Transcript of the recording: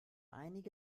einige